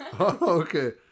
Okay